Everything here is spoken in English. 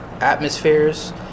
atmospheres